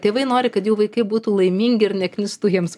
tėvai nori kad jų vaikai būtų laimingi ir neknistų jiems